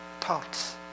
thoughts